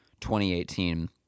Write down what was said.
2018